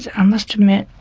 i must admit,